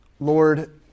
Lord